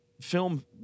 film